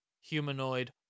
Humanoid